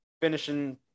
finishing